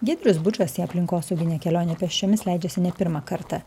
giedrius bučas į aplinkosauginę kelionę pėsčiomis leidžiasi ne pirmą kartą